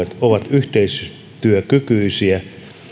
yhteistyökykyisiä